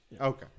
Okay